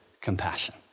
compassion